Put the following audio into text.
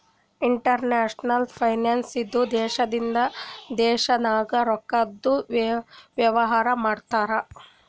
international finance ಇದು ದೇಶದಿಂದ ದೇಶ ನಾಗ್ ರೊಕ್ಕಾದು ವೇವಾರ ಮಾಡ್ತುದ್